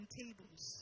tables